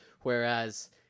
Whereas